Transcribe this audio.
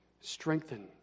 strengthen